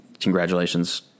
congratulations